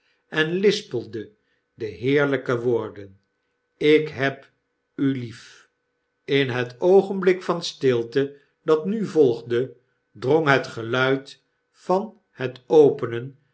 en lispelde de heerlpe woorden ik heb u lief in het oogenblik van stilte dat nu volgde drong het geluid van het openen